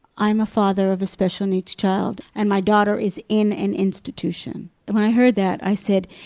i'm a father of a special needs child, and my daughter is in an institution! and when i heard that i said,